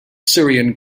syrian